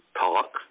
talk